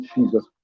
Jesus